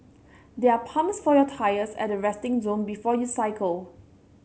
there are pumps for your tyres at the resting zone before you cycle